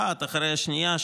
אחת אחרי השנייה,